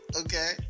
okay